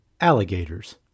alligators